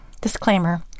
Disclaimer